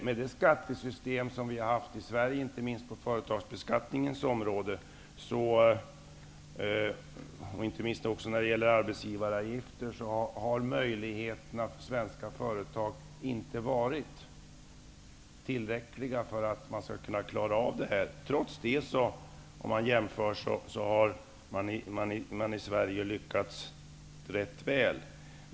Med det skattesystem vi har haft i Sverige, inte minst på företagen och inte minst när det gäller arbetsgivaravgifter, har möjligheterna för svenska företag inte varit tillräckliga för att klara av det här. Trots det har man i Sverige lyckats rätt väl.